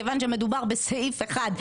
מכיוון שמדובר בסעיף אחד,